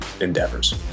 endeavors